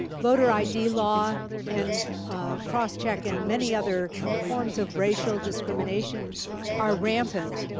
border id law and cross-check in many other forms of racial discrimination are rampant.